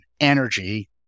energy